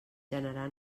generar